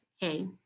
hey